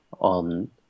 on